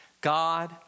God